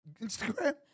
Instagram